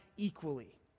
Equally